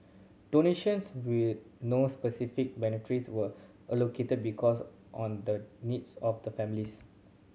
donations with no specific beneficiaries were allocated because on the needs of the families